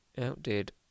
outdid